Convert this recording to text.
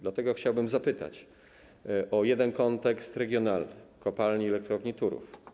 Dlatego chciałbym zapytać o kontekst regionalny kopalni i Elektrowni Turów.